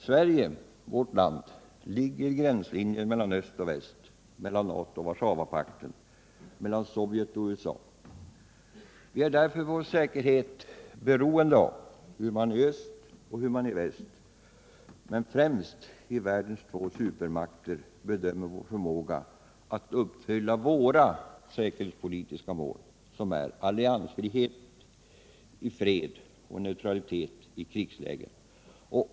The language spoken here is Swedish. Sverige ligger i gränslinjen mellan öst och väst — mellan NATO och Warszawapakten, mellan Sovjet och USA. Vi är därför för vår säkerhet beroende av hur man i öst och väst men främst i världens två supermakter bedömer vår förmåga att uppfylla våra säkerhetspolitiska mål: alliansfrihet i fred och neutralitet i krigsläge.